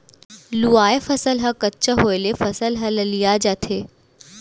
लूवाय फसल ह कच्चा होय ले फसल ह ललिया जाथे